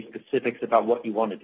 specifics about what you wanted to